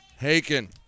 Haken